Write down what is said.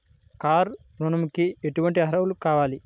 Car ఋణంకి ఎటువంటి అర్హతలు కావాలి?